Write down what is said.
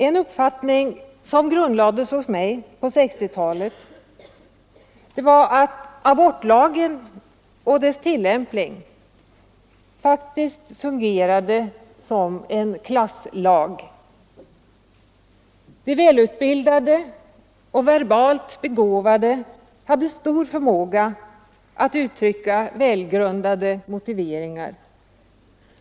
En uppfattning som grundlades hos mig på 1960-talet var att abortlagen i sin tillämpning faktiskt fungerade som en klasslag. De välutbildade och verbalt begåvade hade stor förmåga att uttrycka välgrundade motiveringar.